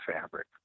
fabric